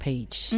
Page